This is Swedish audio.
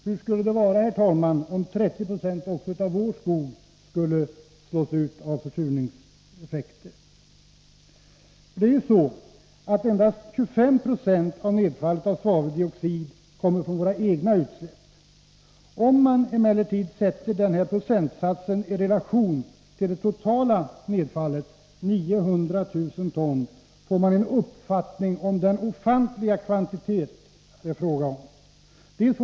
Hur skulle det vara, herr talman, om 30 96 av också vår skog skulle skadas av försurning? Endast ca 25 90 av nedfallet av svaveldioxid kommer från våra egna utsläpp. Om man emellertid sätter denna procentsats i relation till det totala nedfallet, 900 000 ton, får man en uppfattning om den ofantliga kvantitet det är fråga om.